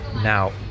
Now